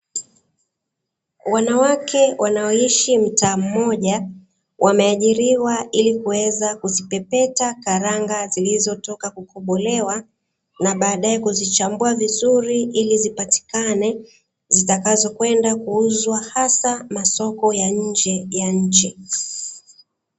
Wanawake wanaoishi mtaa mmoja, wameajiriwa ili kuweza kuzipepeta karanga, zilizotoka kukobolewa na baadae kuzichambua vizuri, ili zipatikane zitakazokwenda kuuzwa, hasa masoko ya nje ya nchi.